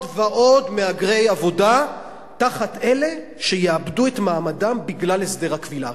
ועוד מהגרי עבודה תחת אלה שיאבדו את מעמדם בגלל הסדר הכבילה.